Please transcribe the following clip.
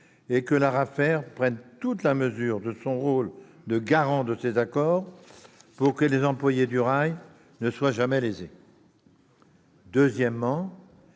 que l'ARAFER prenne toute la mesure de son rôle de garant de ces accords, pour que les employés du rail ne soient jamais lésés. Deuxièmement,